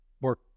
work